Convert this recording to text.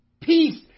peace